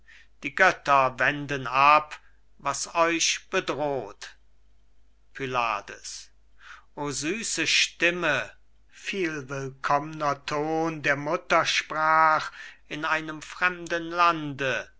die götter wenden ab was euch bedroht pylades o süße stimme vielwillkommner ton der muttersprach in einem fremden lande